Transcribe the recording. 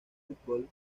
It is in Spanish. fútbol